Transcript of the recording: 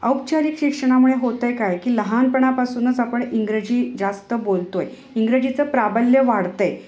औपचारिक शिक्षणामुळे होतेय काय की लहानपणापासूनच आपण इंग्रजी जास्त बोलतो आहे इंग्रजीचे प्राबल्य वाढतेय